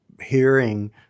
hearing